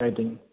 light